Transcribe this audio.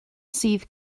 sydd